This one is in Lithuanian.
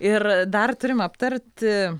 ir dar turim aptarti